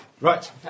right